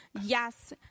yes